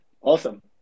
Awesome